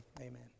amen